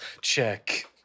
Check